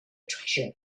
treasure